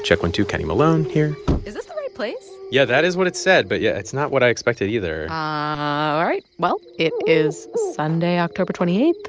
one, two, kenny malone here is this the right place? yeah, that is what it said. but yeah, it's not what i expected either ah all right. well, it is sunday, october twenty eight.